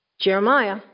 Jeremiah